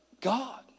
God